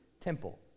temple